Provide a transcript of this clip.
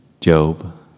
Job